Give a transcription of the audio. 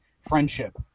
friendship